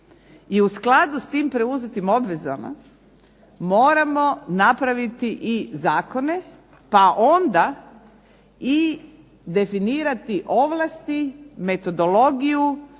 i u skladu sa s tim preuzetim obvezama moramo napraviti i Zakone pa onda i definirati ovlasti, metodologiju